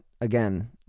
again